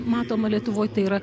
matoma lietuvoj tai yra